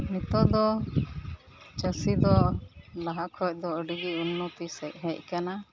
ᱱᱤᱛᱚᱜ ᱫᱚ ᱪᱟᱹᱥᱤᱫᱚ ᱞᱟᱦᱟ ᱠᱷᱚᱡᱫᱚ ᱟᱹᱰᱤᱜᱮ ᱩᱱᱱᱚᱛᱤ ᱥᱮᱜ ᱦᱮᱡᱠᱟᱱᱟ